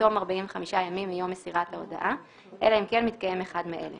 בתום 45 ימים מיום מסירת ההודעה אלא אם כן מתקיים אחד מאלה: